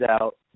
out